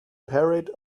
parade